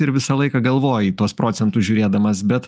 ir visą laiką galvoji tuos procentus žiūrėdamas bet